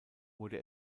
wurde